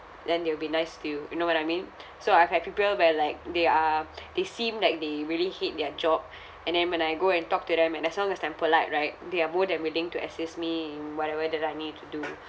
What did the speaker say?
then they will be nice to you you know what I mean so I've had people by like they are they seemed like they really hate their job and then when I go and talk to them and as long as I'm polite right they are more than willing to assist me in whatever that I need to do